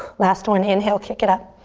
last one, inhale, kick it up.